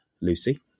Lucy